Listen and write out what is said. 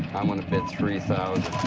i'm gonna bid three thousand.